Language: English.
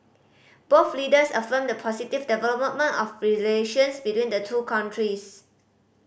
both leaders affirmed the positive development of relations between the two countries